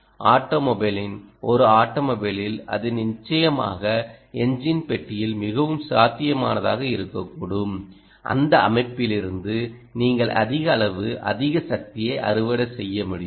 ஆட்டோமொபைலின் ஒரு ஆட்டோமொபைலில் அது நிச்சயமாக என்ஜின் பெட்டியில் மிகவும் சாத்தியமானதாக இருக்கக்கூடும் அந்த அமைப்பிலிருந்து நீங்கள் அதிக அளவு அதிக சக்தியை அறுவடை செய்ய முடியும்